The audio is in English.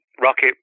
rocket